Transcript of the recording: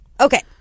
Okay